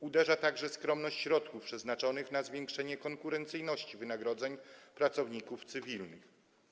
Uderza także skromność środków przeznaczonych na zwiększenie konkurencyjności wynagrodzeń pracowników cywilnych.